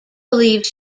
believes